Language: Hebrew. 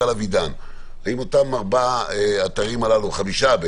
האם חמשת האתרים האלה שמדבר עליהם